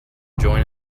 join